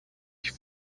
ich